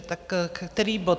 Tak který bod...?